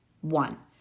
One